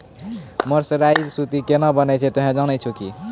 mercerised सूती केना बनै छै तोहों जाने छौ कि